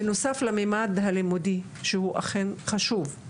בנוסף למימד הלימודי שהוא אכן חשוב,